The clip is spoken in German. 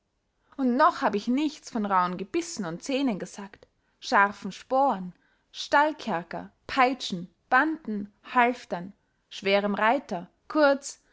und noch hab ich nichts von rauchen gebißen und zähnen gesagt scharfen sporen stallkerker peitschen banden halftern schwerem reuter kurz